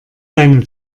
seine